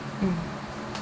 mm